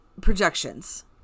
projections